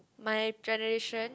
my generation